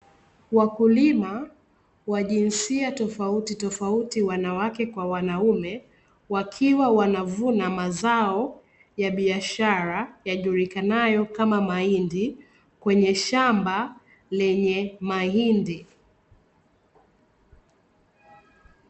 Wakulima wa jinsia tofautitofauti wanawake kwa wanaume, wakiwa wanavuna mazao ya biashara yajulikanayo kama mahindi, kwenye shamba lenye mahindi.